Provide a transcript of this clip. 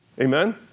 Amen